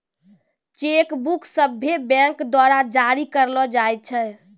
cheque book सभ्भे bank द्वारा जारी करलो जाय छै